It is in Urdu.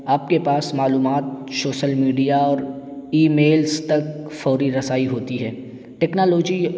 آپ کے پاس معلومات سوشل میڈیا اور ای میلس تک فوری رسائی ہوتی ہے ٹیکنالوجی